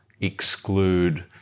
exclude